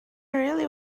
really